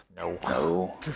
No